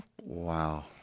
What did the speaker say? Wow